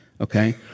okay